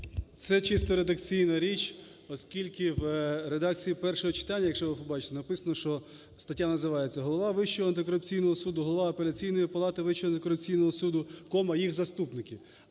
Це чисто редакційна річ. Оскільки в редакції першого читання, якщо ви побачите, написано, що… стаття називається "Голова Вищого антикорупційного суду, Голова Апеляційної палати Вищого антикорупційного суду, їх заступники".